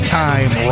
time